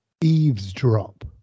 eavesdrop